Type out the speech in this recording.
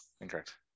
Incorrect